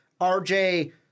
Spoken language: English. RJ